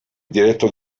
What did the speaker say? diretto